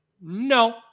no